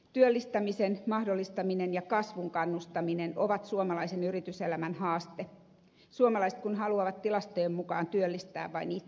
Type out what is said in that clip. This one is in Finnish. työllistämisen mahdollistaminen ja kasvuun kannustaminen ovat suomalaisen yrityselämän haaste suomalaiset kun haluavat tilastojen mukaan työllistää vain itsensä